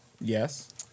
Yes